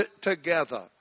together